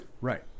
Right